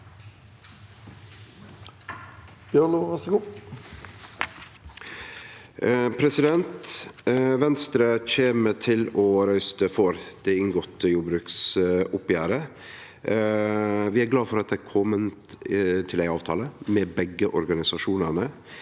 Venstre kjem til å røyste for det inngåtte jordbruksoppgjeret. Vi er glade for at ein har kome til ein avtale med begge organisasjonane,